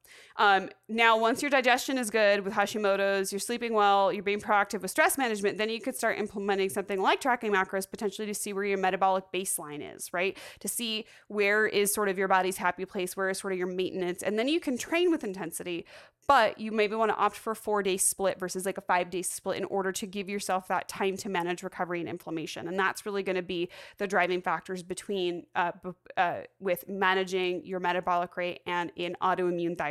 Um, now, once your digestion is good with Hashimoto's, you're sleeping well, you're being proactive with stress management, then you could start implementing something like tracking macros potentially to see where your metabolic baseline is, right? To see where is sort of your body's happy place, where is sort of your maintenance, and then you can train with intensity, but you maybe wanna opt for a four day split versus, like, a five day split in order to give yourself that time to manage recovery and inflammation, and that's really gonna be the driving factors between, uh, bef- uh, with managing your metabolic rate and an autoimmune